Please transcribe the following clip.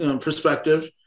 Perspective